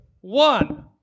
one